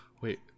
wait